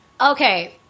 Okay